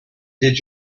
did